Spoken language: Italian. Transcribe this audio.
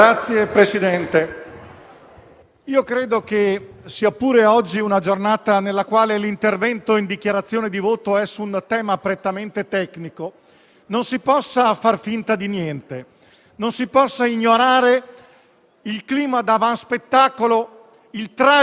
Ebbene, signor Presidente, lo faremo con il senso di responsabilità che abbiamo, non verso il Governo, e con quel concetto di responsabilità che non ha niente a che vedere con il concetto di responsabili o meglio di irresponsabili che